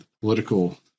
political